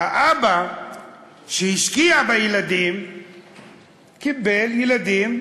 והאבא שהשקיע בילדים קיבל ילדים,